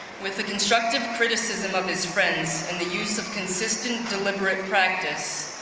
with the constructive criticism of his friends in the use of consistent, deliberate practice,